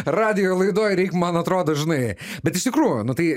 radijo laidoj reik man atrodo žinai bet iš tikrųjų nu tai